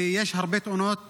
יש הרבה תאונות לאחרונה,